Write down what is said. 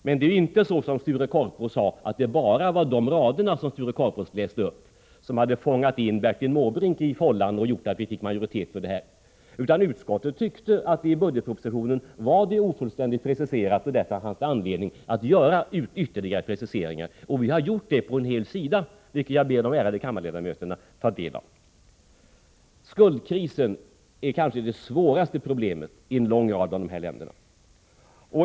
Men det är inte så som Sture Korpås sade, att bara de raderna som Sture Korpås läste upp var de som hade fångat Bertil Måbrink i fållan och gjort att vi fick majoritet för detta förslag. Utskottet tyckte att förslaget var ofullständigt preciserat i propositionen och att det därför fanns anledning att göra ytterligare preciseringar. Och vi har gjort det på en hel sida, vilket jag ber de ärade kammarledamöterna att ta del av. Skuldkrisen är kanske det svåraste problemet i en lång rad av dessa länder.